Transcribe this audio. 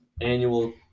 annual